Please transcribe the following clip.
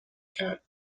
کرد